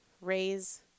raise